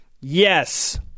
yes